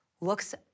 looks